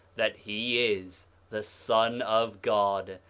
that he is the son of god,